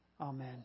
Amen